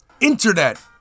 Internet